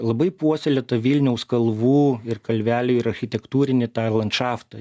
labai puoselėto vilniaus kalvų ir kalvelių ir architektūrinį tą landšaftą